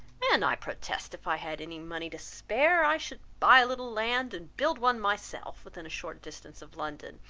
and i protest, if i had any money to spare, i should buy a little land and build one myself, within a short distance of london,